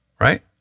right